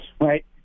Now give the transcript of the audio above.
right